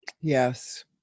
Yes